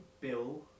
Bill